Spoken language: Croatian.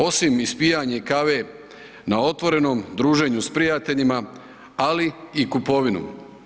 Osim ispijanje kave na otvorenom, druženju s prijateljima ali i kupovinu.